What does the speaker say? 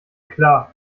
klar